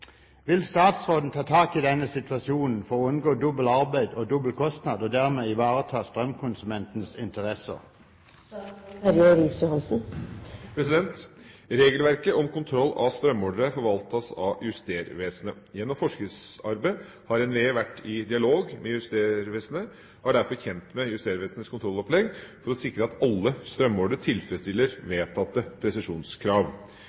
Vil statsråden ta tak i denne situasjonen for å unngå dobbelt arbeid og dobbel kostnad, og dermed ivareta strømkonsumentenes interesser?» Regelverket om kontroll av strømmålere forvaltes av Justervesenet. Gjennom forskriftsarbeidet har NVE vært i dialog med Justervesenet, og er derfor kjent med Justervesenets kontrollopplegg for å sikre at alle strømmålere tilfredsstiller